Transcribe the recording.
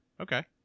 Okay